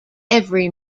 every